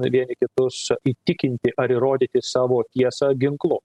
vieni kitus įtikinti ar įrodyti savo tiesą ginklu